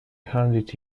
hundred